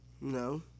No